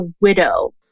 widow